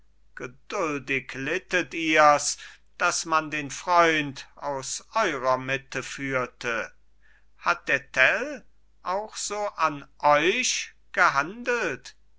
geduldig littet ihr's daß man den freund aus eurer mitte führte hat der tell auch so an euch gehandelt